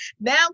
Now